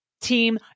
team